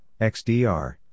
XDR